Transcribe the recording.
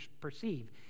perceive